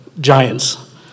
giants